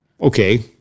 Okay